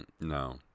no